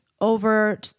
over